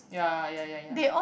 ya ya ya ya